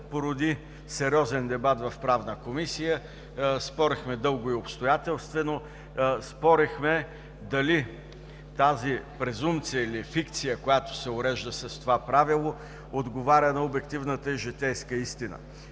породи сериозен дебат в Правната комисия. Спорехме дълго и обстоятелствено, спорехме дали тази презумпция или фикция, която се урежда с това правило, отговаря на обективната житейска истина.